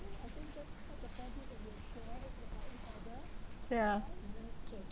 yeah